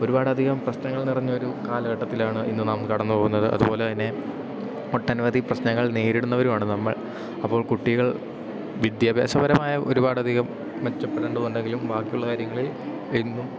ഒരുപാടധികം പ്രശ്നങ്ങൾ നിറഞ്ഞൊരു കാലഘട്ടത്തിലാണ് ഇന്നു നാം കടന്നു പോകുന്നത് അതു പോലെ തന്നെ ഒട്ടനവധി പ്രശ്നങ്ങൾ നേരിടുന്നവരുമാണ് നമ്മൾ അപ്പോൾ കുട്ടികൾ വിദ്യാഭ്യാസപരമായ ഒരുപാടധികം മെച്ചപ്പെടേണ്ടതുണ്ടെങ്കിലും ബാക്കിയുള്ള കാര്യങ്ങളിൽ എന്നും